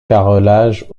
carrelage